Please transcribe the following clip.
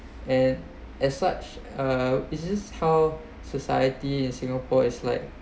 and as such uh is it how society in singapore is like